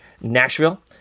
Nashville